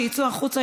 שיצאו החוצה,